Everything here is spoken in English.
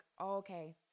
okay